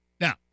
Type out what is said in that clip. Now